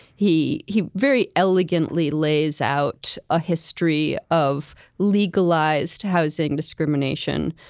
he he very elegantly lays out a history of legalized housing discrimination.